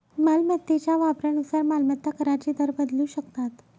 मालमत्तेच्या वापरानुसार मालमत्ता कराचे दर बदलू शकतात